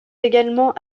également